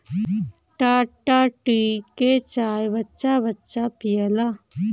Tata tea के चाय बच्चा बच्चा पियेला